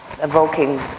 evoking